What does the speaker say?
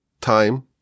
time